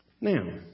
Now